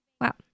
Wow